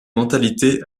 mentalités